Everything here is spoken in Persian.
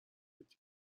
بدی